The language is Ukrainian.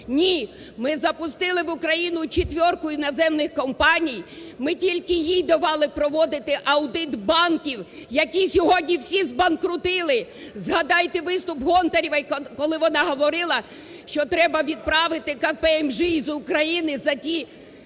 Ні, ми запустили в Україну четвірку іноземних компаній, ми тільки їй давали проводити аудит банків, які сьогодні всі збанкрутілі. Згадайте виступ Гонтаревої, коли вона говорила, що треба відправити KPMG з України за ті